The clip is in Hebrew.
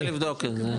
שווה לבדוק את זה.